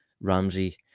Ramsey